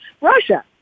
Russia